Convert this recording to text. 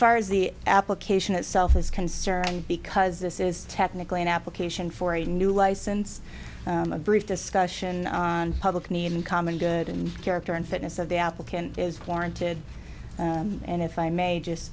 far as the application itself is concerned because this is technically an application for a new license a brief discussion on public need in common good in character and fitness of the applicant is warranted and if i may just